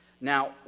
Now